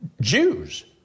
Jews